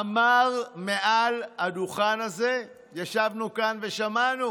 הוא אמר את זה מעל הדוכן הזה, ישבנו כאן ושמענו.